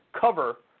cover